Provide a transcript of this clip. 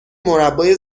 مربای